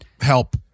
help